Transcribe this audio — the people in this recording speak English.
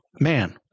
man